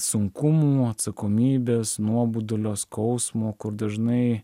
sunkumų atsakomybės nuobodulio skausmo kur dažnai